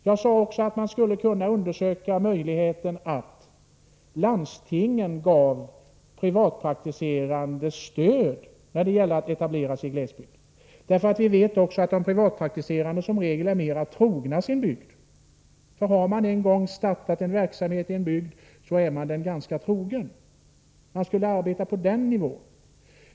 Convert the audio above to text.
Jag har också sagt att man skulle kunna undersöka möjligheten att låta landstingen ge privatpraktiserande läkare stöd vid etablering i glesbygd. I regel är privatpraktiserande läkare mera trogna sin bygd. Har man väl startat en verksamhet i en bygd, är man ganska trogen denna. Man borde arbeta på den nivån.